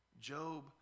Job